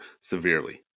severely